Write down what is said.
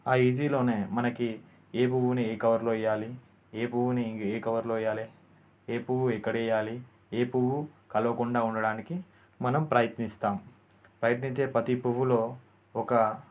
ఆ ఈజీలోనే మనకి ఏ పువ్వుని ఏ కవర్లో వేయాలి ఏ పువ్వుని ఏ కవర్లో వేయాలి ఏ పువ్వు ఎక్కడ వేయాలి ఏ పువ్వు కలవకుండా ఉండడానికి మనం ప్రయత్నిస్తాం ప్రయత్నించే ప్రతి పువ్వులో ఒక